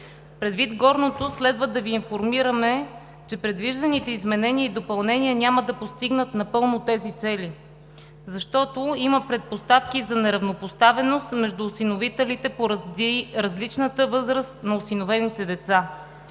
Предвид горното следва да Ви информираме, че предвижданите изменения и допълнения няма да постигнат напълно тези цели. Защото има предпоставки за неравнопоставеност между осиновителите поради различната възраст на осиновените деца.